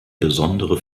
besondere